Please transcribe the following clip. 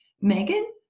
Megan